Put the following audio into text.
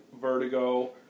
Vertigo